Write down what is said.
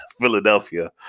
Philadelphia